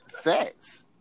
sex